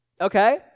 Okay